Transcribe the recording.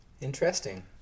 Interesting